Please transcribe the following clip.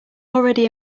already